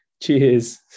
Cheers